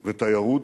ותיירות.